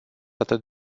atât